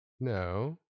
No